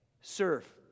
serve